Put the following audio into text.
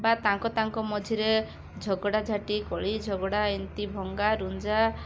ବା ତାଙ୍କ ତାଙ୍କ ମଝିରେ ଝଗଡ଼ାଝାଟି କଳି ଝଗଡ଼ା ଏମିତି ଭଙ୍ଗାରୁଜା